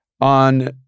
on